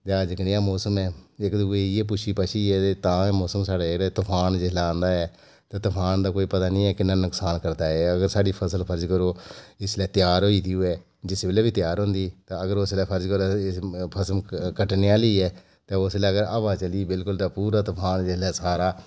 जां जेह्का जनेहा मौसम ऐ इक दूए गी इयै पुच्छी पच्छिऐ भाई मौसम जेह्का ऐ ते तुफान दा कोई पता नीं ऐ किन्ना नुक्सान करना ऐ साढ़ी फसल फर्ज़ करो इसलै त्यार होई दी होऐ जिस बेल्लै बी त्यार होंदी उसलै फर्ज़ करो फसल कटोने आह्ली ऐ तो उसलै गै हवा चली ते पूरा तूफान जिसलै सारा